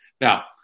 Now